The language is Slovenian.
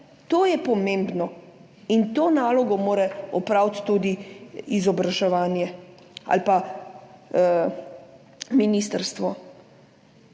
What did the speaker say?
To je pomembno in to nalogo mora opraviti tudi izobraževanje ali pa ministrstvo.